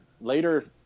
later